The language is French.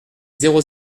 zéro